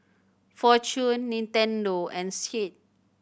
Fortune Nintendo and Schick